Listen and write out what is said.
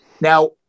Now